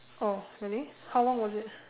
oh really how long was it